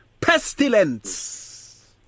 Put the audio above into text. pestilence